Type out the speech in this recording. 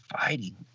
fighting